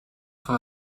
for